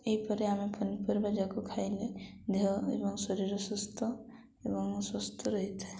ଏହିପରି ଆମେ ପନିପରିବାଯାକ ଖାଇଲେ ଦେହ ଏବଂ ଶରୀର ସୁସ୍ଥ ଏବଂ ସୁସ୍ଥ ରହିଥାଏ